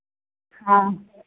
हँ